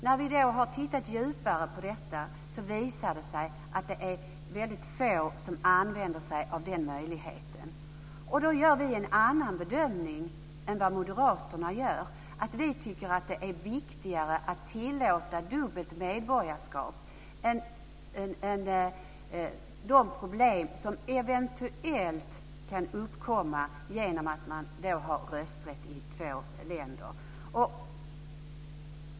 När vi har tittat djupare på detta har det visat sig att det är väldigt få som använder sig av den möjligheten. Därför gör vi en annan bedömning än vad moderaterna gör. Vi tycker att det är viktigare att tillåta dubbelt medborgarskap än att se de problem som eventuellt kan uppkomma genom att man har rösträtt i två länder.